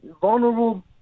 Vulnerable